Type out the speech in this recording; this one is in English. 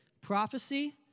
Prophecy